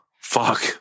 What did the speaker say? fuck